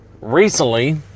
recently